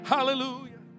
Hallelujah